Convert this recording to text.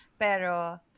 Pero